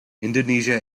indonesia